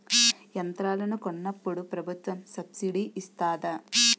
యంత్రాలను కొన్నప్పుడు ప్రభుత్వం సబ్ స్సిడీ ఇస్తాధా?